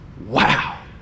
Wow